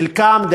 חלקם,